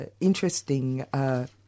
interesting